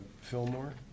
Fillmore